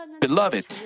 beloved